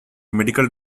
medical